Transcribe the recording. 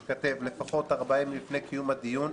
ייכתב: לפחות ארבעה ימים לפני קיום הדיון,